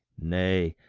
nay,